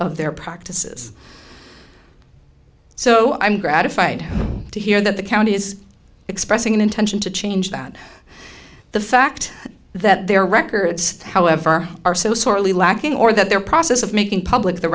of their practices so i'm gratified to hear that the county is expressing an intention to change that the fact that their records however are so sorely lacking or that their process of making public the